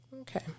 Okay